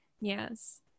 Yes